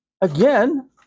again